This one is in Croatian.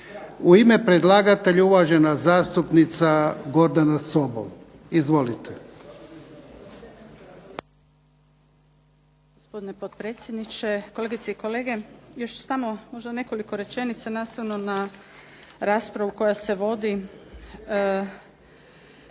U ime predlagatelja uvažena zastupnica Gordana Sobol. Izvolite. **Sobol, Gordana (SDP)** Zahvaljujem gospodine potpredsjedniče, kolegice i kolege. Još samo možda nekoliko rečenica nastavno na raspravu koja se vodi. Pojašnjenje